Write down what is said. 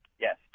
Yes